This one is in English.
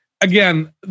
again